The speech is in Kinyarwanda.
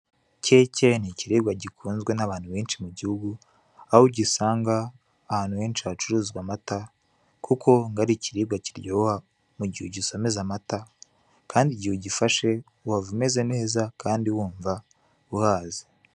Keke ni ikiribwa gikunzwe n'abantu benshi mu gihugu aho ugisanga ahantu henshi hacuruzwa amata kuko ngo ari ikiribwa kiryoha mu gihe ugisomeza amata kandi igihe ugifashe wumva umeze neza kandi wumva uhaze.